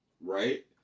right